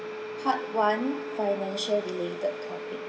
part one financial related topic